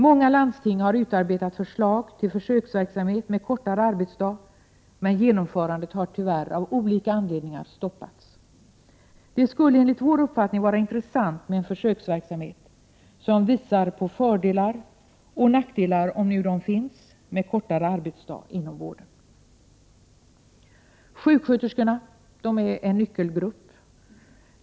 Många landsting har utarbetat förslag till försöksverksamhet med kortare arbetsdag, men genomförandet har tyvärr av olika anledningar stoppats. Det skulle enligt vår mening vara intressant med en försöksverksamhet som visar på fördelar och nackdelar, om de nu finns, med en kortare arbetsdag inom vården. Sjuksköterskorna är en nyckelgrupp.